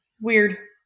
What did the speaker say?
Weird